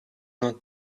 not